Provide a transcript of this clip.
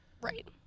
Right